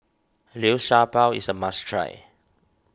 Liu Sha Bao is a must try